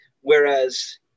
Whereas